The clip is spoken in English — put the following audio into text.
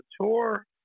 tour